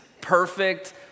perfect